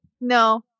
no